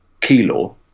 kilo